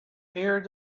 here